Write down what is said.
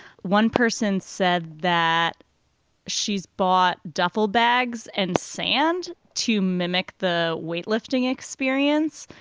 one person said that she's bought duffel bags and sand to mimic the weight lifting experience